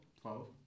Twelve